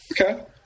Okay